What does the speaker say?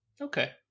Okay